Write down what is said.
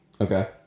Okay